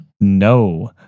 No